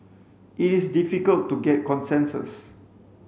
it is difficult to get consensus